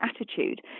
attitude